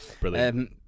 Brilliant